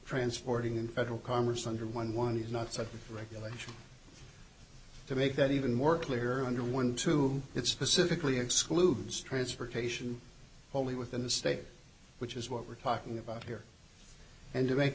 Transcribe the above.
transporting in federal commerce under one one is not such a regulation to make that even more clear under one two it specifically excludes transportation only within the state which is what we're talking about here and to make